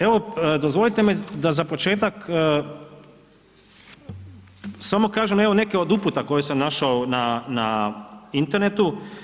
Evo, dozvolite mi da za početak samo kažem, evo, neke od uputa koje sam našao na internetu.